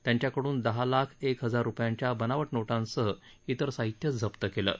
त्यांच्याकडून दहा लाख एक हजार रुपयांच्या बनावट नोटांसह साहित्य जप्त केलं आहे